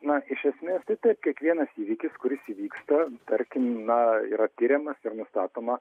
na iš esmės tai taip kiekvienas įvykis kuris įvyksta tarkim na yra tiriamas ir nustatoma